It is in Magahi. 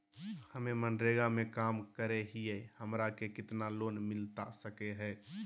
हमे मनरेगा में काम करे हियई, हमरा के कितना लोन मिलता सके हई?